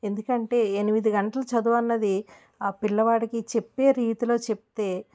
ఎందుకంటే ఎనిమిది గంటలు చదువన్నది ఆ పిల్లవాడికి చెప్పే రీతిలో చెప్తే